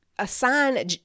assign